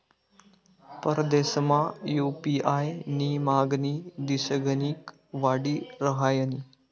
परदेसमा यु.पी.आय नी मागणी दिसगणिक वाडी रहायनी